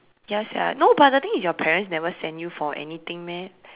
ya sia no but the thing is your parents never send you for anything meh